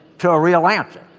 to a real answer.